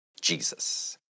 Jesus